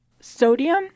Sodium